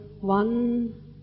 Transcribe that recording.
one